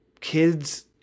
Kids